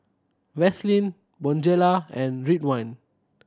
Vaselin Bonjela and Ridwind